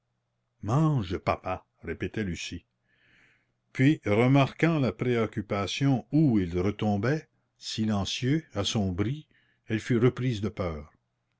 mange papa répétait lucie puis remarquant la préoccupation où il retombait silencieux assombri elle fut reprise de peur